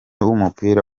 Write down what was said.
w’umupira